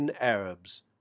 ARABS